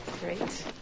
Great